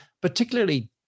particularly